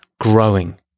growing